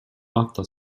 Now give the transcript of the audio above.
matta